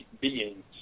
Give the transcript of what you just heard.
beings